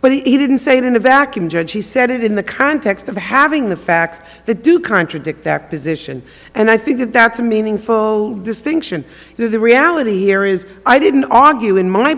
but he didn't say it in a vacuum judge he said it in the context of having the facts that do contradict that position and i think that that's a meaningful distinction to the reality here is i didn't argue in my